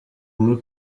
muri